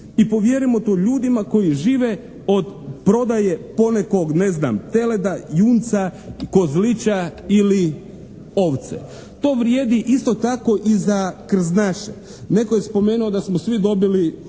i povjerimo to ljudima koji žive od prodaje ponekog ne znam teleta, junca, kozlića ili ovce. To vrijedi isto tako i za krznaše. Netko je spomenuo da smo svi dobili